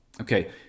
Okay